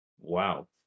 Wow